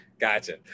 Gotcha